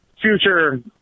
Future